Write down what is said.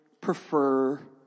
prefer